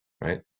right